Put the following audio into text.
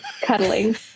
cuddling